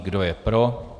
Kdo je pro?